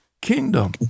kingdom